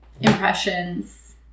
impressions